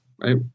right